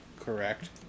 correct